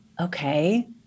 Okay